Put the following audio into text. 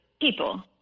people